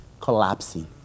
collapsing